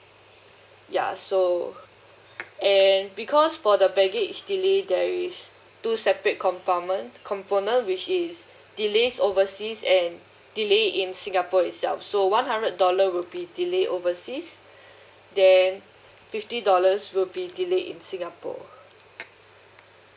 ya so and because for the baggage delay there is two separate compartments component which is delay overseas and delay in singapore itself so one hundred dollar will be delay overseas then fifty dollars will be delay in singapore